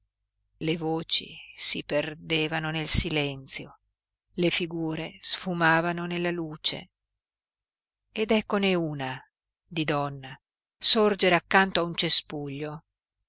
le voci si perdevano nel silenzio le figure sfumavano nella luce ed eccone una di donna sorgere accanto a un cespuglio